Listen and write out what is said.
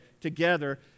together